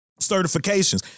certifications